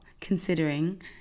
considering